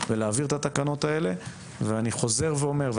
ולהעביר את התקנות האלה ואני חוזר ואומר,